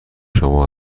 شما